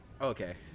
Okay